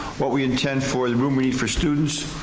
what we intend for the room we need for students,